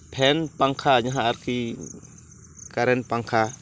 fan ᱯᱟᱝᱠᱷᱟ ᱟᱨ ᱠᱤ ᱠᱟᱨᱮᱱ ᱯᱟᱝᱠᱷᱟ